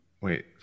Wait